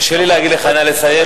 קשה לי להגיד לך: נא לסיים,